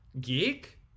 Geek